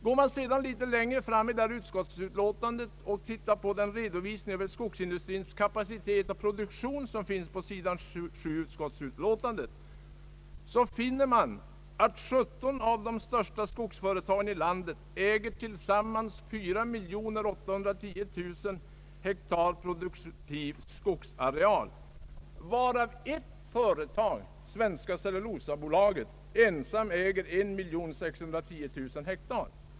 Går man sedan litet längre fram i utskottsutlåtandet och tittar på den redovisning över skogsindustrins kapacitet och produktion som står på sidan 7, finner man att de 17 största skogsföretagen i landet äger tillsammans 4 810 000 hektar produktiv skogsareal, varav ett företag, Svenska cellulosabolaget, ensamt äger 1610 000 hektar.